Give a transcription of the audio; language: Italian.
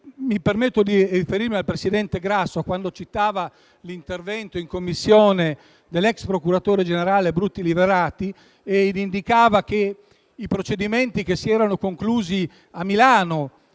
Mi permetto di riferirmi al presidente Grasso che ha citato l'intervento in Commissione dell'ex procuratore generale Bruti Liberati, il quale indicava che nei procedimenti conclusi a Milano